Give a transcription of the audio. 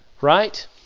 Right